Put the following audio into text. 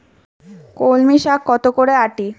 কলমি শাখ কত করে আঁটি?